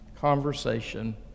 conversation